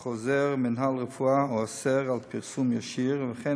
יש חוזר מינהל רפואה האוסר פרסום ישיר וכן